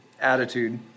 attitude